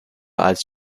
als